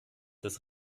des